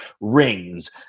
rings